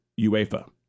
UEFA